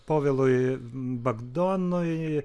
povilui bagdonui